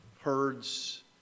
herds